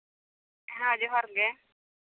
ᱦᱮᱸ ᱡᱚᱦᱟᱨ ᱜᱮ